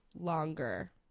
longer